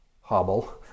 hobble